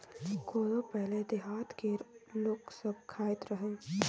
कोदो पहिले देहात केर लोक सब खाइत रहय